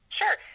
Sure